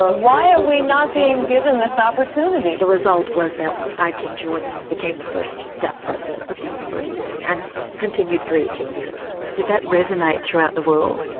ah why are we not being given this opportunity? the result was that i. king jordan became the first deaf president of the university and continued for eighteen years. did that resonate throughout the world,